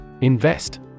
Invest